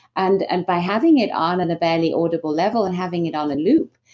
and and by having it on at a barely audible level and having it on a loop,